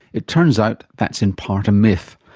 it turns out that's in part a myth.